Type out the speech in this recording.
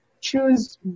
choose